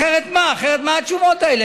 אחרת, מה התשובות האלה?